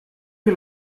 que